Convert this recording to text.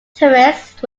terrorist